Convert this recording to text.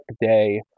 day